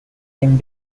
same